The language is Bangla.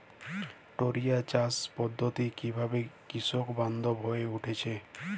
টোরিয়া চাষ পদ্ধতি কিভাবে কৃষকবান্ধব হয়ে উঠেছে?